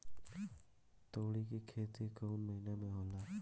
तोड़ी के खेती कउन महीना में होला?